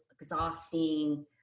exhausting